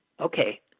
Okay